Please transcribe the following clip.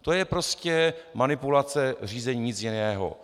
To je prostě manipulace řízení, nic jiného.